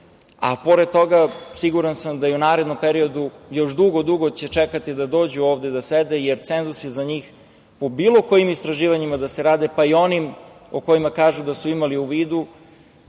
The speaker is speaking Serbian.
a pored toga siguran sam da i u narednom periodu još dugo, dugo će čekati da dođu ovde da sede, jer cenzus je za njih po bilo kojim istraživanjima da se radi, pa i o onim o kojima kažu da su imali u vidu